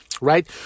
right